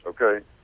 okay